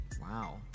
Wow